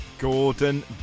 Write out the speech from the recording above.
Gordon